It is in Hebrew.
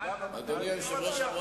אדוני היושב-ראש,